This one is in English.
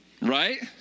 right